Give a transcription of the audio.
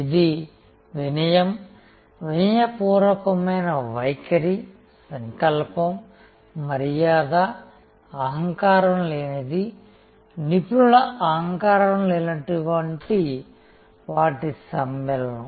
ఇది వినయం వినయపూర్వకమైన వైఖరి సంకల్పం మర్యాద అహంకారం లేనిది నిపుణుల అహంకారం లేనటు వాటి వంటి సమ్మేళనం